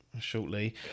shortly